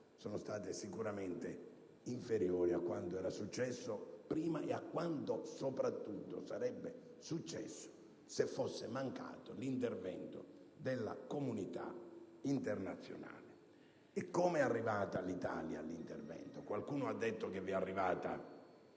sono state in numero inferiore rispetto a quanto era successo prima, e soprattutto rispetto a quanto sarebbe successo se fosse mancato l'intervento della comunità internazionale. Come è arrivata l'Italia all'intervento? Qualcuno ha detto che vi è arrivata troppo